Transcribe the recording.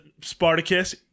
Spartacus